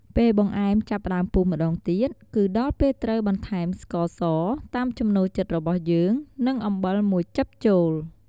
ពេលបង្អែមចាប់ផ្ដើមពុះម្តងទៀត គឺដល់ពេលត្រូវ បន្ថែមស្ករស តាមចំណូលចិត្តរបស់យើង និង អំបិល ១ ចឹបចូល។